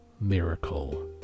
Miracle